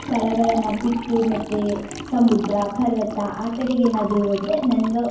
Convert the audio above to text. ಸ್ಥಳಗಳನ್ನು ಬಿಟ್ಟು ಮತ್ತು ಸಮುದ್ರ ಪರ್ವತ ಆ ಕಡೆಗೆ ಏನಾದರು ಹೋದ್ರೆ ನನಗೂ